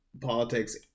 politics